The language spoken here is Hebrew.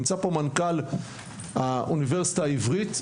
נמצא פה מנכ"ל האוניברסיטה העברית.